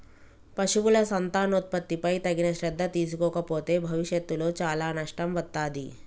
పశువుల సంతానోత్పత్తిపై తగిన శ్రద్ధ తీసుకోకపోతే భవిష్యత్తులో చాలా నష్టం వత్తాది